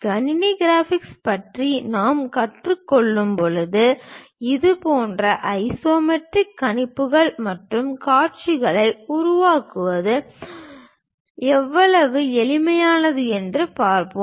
கணினி கிராபிக்ஸ் பற்றி நாம் கற்றுக் கொள்ளும்போது இதுபோன்ற ஐசோமெட்ரிக் கணிப்புகள் மற்றும் காட்சிகளை உருவாக்குவது எவ்வளவு எளிது என்று பார்ப்போம்